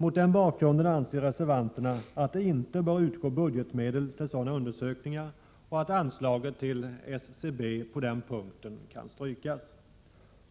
Mot den bakgrunden anser reservanterna att det inte bör utgå budgetmedel till sådana undersökningar och att anslaget till SCB på den punkten kan strykas.